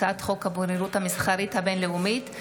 הצעת חוק הבוררות המסחרית הבין-לאומית,